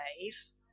days